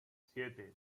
siete